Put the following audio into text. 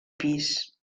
pis